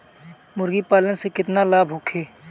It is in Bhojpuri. मुर्गीपालन से केतना लाभ होखे?